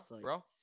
Bro